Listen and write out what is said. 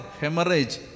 Hemorrhage